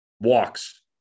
Walks